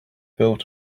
built